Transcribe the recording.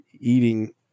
eating